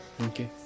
Okay